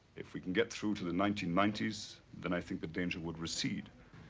if we can get through to the nineteen ninety s then i think the danger would recede.